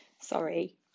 sorry